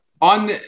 On